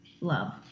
love